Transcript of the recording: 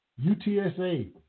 UTSA